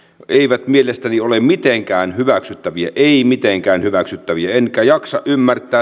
eivät mielestäni ole mitenkään hyväksyttäviä ei mitenkään hyväksyttäviä enkä jaksa ymmärtää